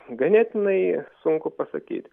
ganėtinai sunku pasakyt